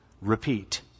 repeat